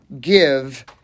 give